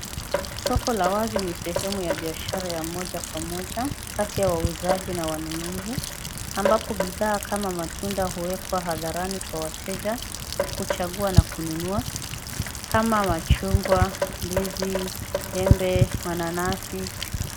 Soko la wazi ni sehemu ya biashara ya moja kwa moja kati ya wauzaji na wanunuzi ambapo bidhaa kama matunda huwekwa hadharani kwa wateja kuchagua na kununua kama machungwa, ndizi, embe, mananasi.